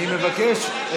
אני מבקש.